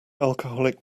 alcoholic